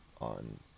on